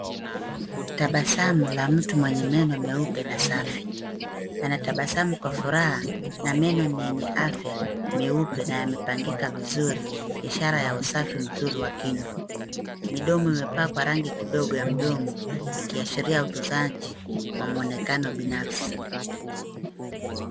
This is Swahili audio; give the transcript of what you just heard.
Tabasamu la mtu mwenye meno meupe na safi, anatabasamu kwa furaha na meno ni yenye afya, meupe na yamepangika vizuri, ishara ya usafi mzuri wa kinywa. Midomo imepakwa rangi kidogo ya mdomo, ikiashiria utunzaji wa mwonekano binafsi.